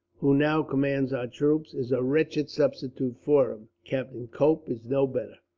who now commands our troops, is a wretched substitute for him. captain cope is no better.